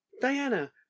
Diana